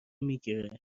میگیره